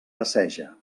passeja